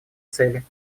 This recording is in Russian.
цели